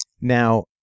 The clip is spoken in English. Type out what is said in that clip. Now